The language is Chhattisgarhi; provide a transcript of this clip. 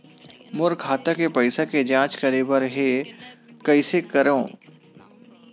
मोर खाता के पईसा के जांच करे बर हे, कइसे करंव?